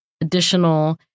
additional